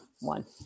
one